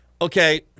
Okay